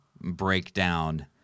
breakdown